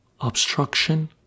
obstruction